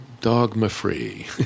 dogma-free